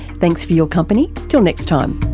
thanks for your company, till next time